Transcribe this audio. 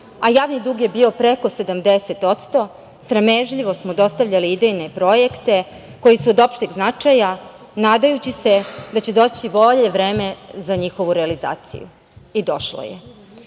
a javni dug je bio preko 70%, sramežljivo smo dostavljali idejne projekte koji su od opšteg značaja, nadajući se da će doći bolje vreme za njihovu realizaciju. I došlo